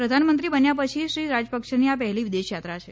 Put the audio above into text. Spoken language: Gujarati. પ્રધાનમંત્રી બન્યા પછી શ્રી રાજયપકસેની આ પહેલી વિદેશ યાત્રા છે